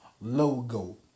logo